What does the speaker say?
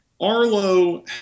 Arlo